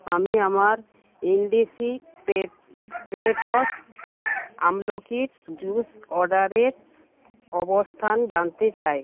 আমি আমার ইন্ডিসিকটেট ক্রেটস আমলকির জুস অর্ডারের অবস্থান জানতে চাই